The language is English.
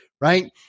right